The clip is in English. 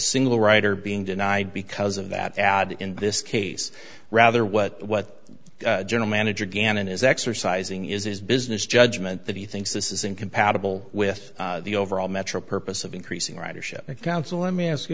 single writer being denied because of that ad in this case rather what what general manager gannon is exercising is his business judgment that he thinks this is incompatible with the overall metro purpose of increasing ridership council let me ask